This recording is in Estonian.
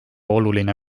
oluline